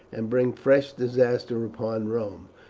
and bring fresh disaster upon rome.